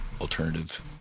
alternative